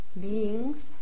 beings